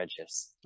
redshifts